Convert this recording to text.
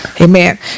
Amen